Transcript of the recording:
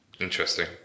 Interesting